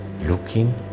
looking